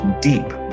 deep